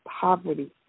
poverty